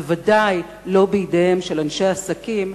בוודאי לא בידיהם של אנשי עסקים,